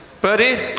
Buddy